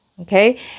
okay